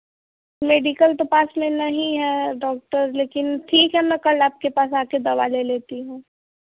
medical तो पास में नहीं है डॉक्टर लेकिन ठीक है मैं कल आपके पास आकर दवा ले लेती हूँ